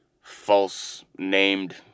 false-named